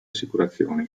assicurazioni